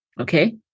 okay